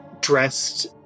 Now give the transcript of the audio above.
Dressed